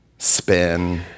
spin